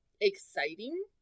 exciting